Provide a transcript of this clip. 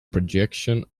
projection